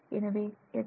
எனவே எக்ஸ்